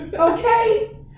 Okay